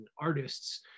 artists